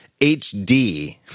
HD